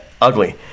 Ugly